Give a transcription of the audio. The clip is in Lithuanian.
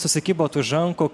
susikibot už rankų